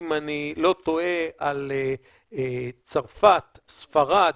אם אני לא טועה, על צרפת, ספרד,